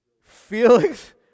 Felix